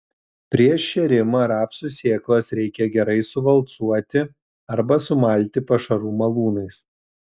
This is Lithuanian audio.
prieš šėrimą rapsų sėklas reikia gerai suvalcuoti arba sumalti pašarų malūnais